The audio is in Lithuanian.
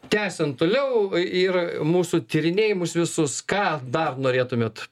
tęsiant toliau i ir mūsų tyrinėjimus visus ką dar norėtumėt